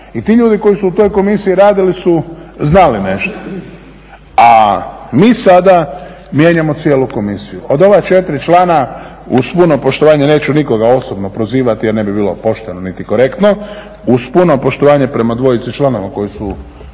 i ti ljudi koji su u toj Komisiji radili su znali nešto, a mi sada mijenjamo cijelu Komisiju. Od ova četiri člana uz puno poštovanja, neću nikoga osobno prozivati jer ne bi bilo pošteno, niti korektno, uz puno poštovanja prema dvojici članova koji su